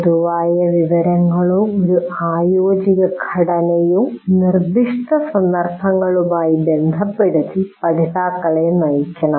പൊതുവായ വിവരങ്ങളോ ഒരു ആയോജികഘടനയോ നിർദ്ദിഷ്ട സന്ദർഭങ്ങളുമായി ബന്ധപ്പെടുത്തി പഠിതാക്കളെ നയിക്കണം